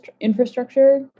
infrastructure